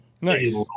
Nice